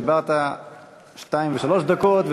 דיברת שתיים ושלוש דקות,